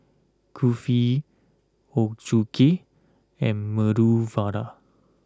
Kulfi Ochazuke and Medu Vada